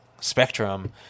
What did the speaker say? spectrum